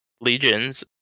legions